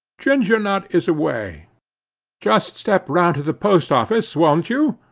ginger nut is away just step round to the post office, won't you?